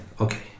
okay